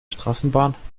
straßenbahn